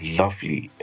lovely